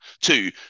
two